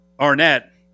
arnett